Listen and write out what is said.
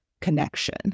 connection